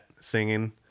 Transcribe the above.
singing